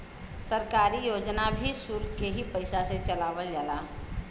सरकारी योजना भी सुल्क के ही पइसा से चलावल जाला